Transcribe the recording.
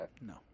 No